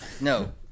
No